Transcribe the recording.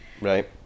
Right